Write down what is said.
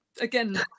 Again